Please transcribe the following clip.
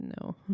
no